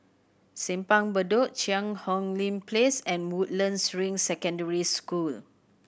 Simpang Bedok Cheang Hong Lim Place and Woodlands Ring Secondary School